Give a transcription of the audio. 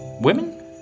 women